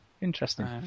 Interesting